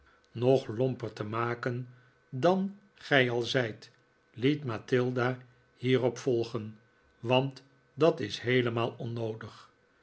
nog lomper te maken dan gij al zijt liet mathilda hierop volgen want dat is heelemaal onnoodig